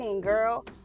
Girl